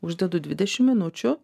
uždedu dvidešim minučių